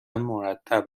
مرتب